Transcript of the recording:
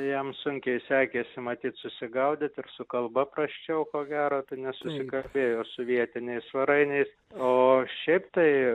jam sunkiai sekėsi matyt susigaudyt ir su kalba prasčiau ko gero tai nesusikalbėjo su vietiniais svarainiais o šiaip tai